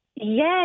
Yes